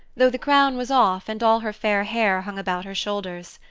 though the crown was off and all her fair hair hung about her shoulders.